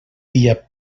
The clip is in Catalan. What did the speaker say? dia